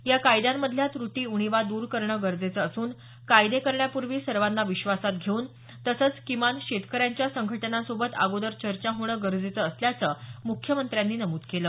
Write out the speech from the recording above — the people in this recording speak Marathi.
या कायद्यांमधल्या त्रटी उणीवा द्र करणं गरजेचं असून कायदे करण्यापूर्वी सर्वांना विश्वासात घेऊन तसंच किमान शेतकऱ्यांच्या संघटनांसोबत अगोदर चर्चा होणं गरजेचं असल्याचं मुख्यमंत्र्यांनी नमूद केलं